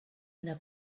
una